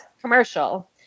commercial